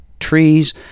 Trees